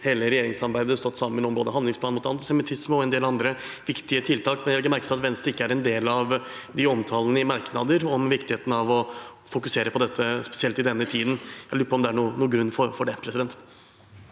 hele regjeringssamarbeidet stått sammen om både handlingsplan mot antisemittisme og en del andre viktige tiltak. Men jeg legger merke til at Venstre ikke er en del av de omtalene i merknadene om viktigheten av å fokusere på dette spesielt i denne tiden. Jeg lurer på om det er en grunn til det. Abid